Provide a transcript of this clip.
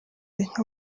inka